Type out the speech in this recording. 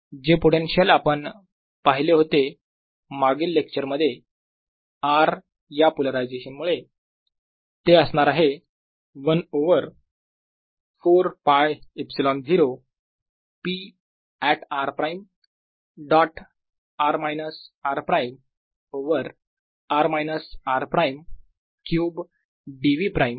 तर जे पोटेन्शियल आपण पाहिले होते मागील लेक्चर मध्ये r या पोलरायझेशन मुळे ते असणार आहे 1 over 4πε0 p at r prime dot r minus r prime over r minus r prime cube d v prime